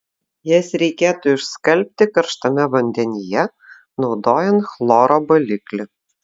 jas reikėtų išskalbti karštame vandenyje naudojant chloro baliklį